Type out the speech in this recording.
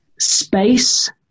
space